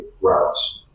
routes